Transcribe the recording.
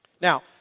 Now